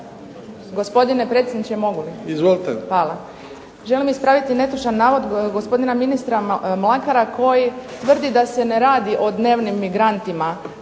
Hvala.